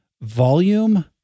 volume